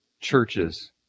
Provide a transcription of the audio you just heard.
churches